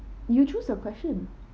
you choose a question